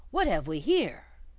what have we here?